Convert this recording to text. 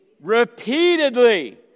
Repeatedly